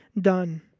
done